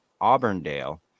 Auburndale